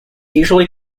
usually